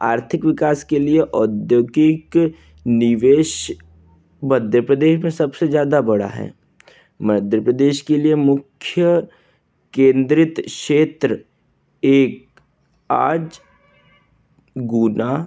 आर्थिक विकास के लिए औद्योगिक निवेश मध्य प्रदेश में सबसे ज़्यादा बड़ा है मध्य प्रदेश के लिए मुख्य केन्द्रित क्षेत्र एक आज गुना